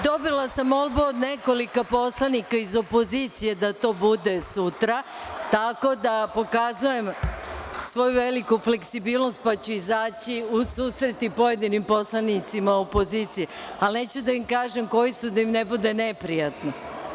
Dobila sam molbu od nekoliko poslanika iz opozicije da to bude sutra, tako da pokazujem svoju veliku fleksibilnost pa ću izaći u susret i pojedinim poslanicima opozicije, ali neću reći koji su da im ne bude neprijatno.